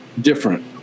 different